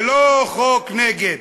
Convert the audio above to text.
זה לא חוק נגד.